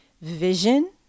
vision